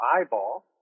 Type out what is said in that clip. eyeball